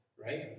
right